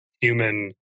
human